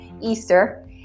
Easter